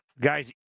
Guys